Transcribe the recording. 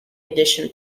edition